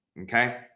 okay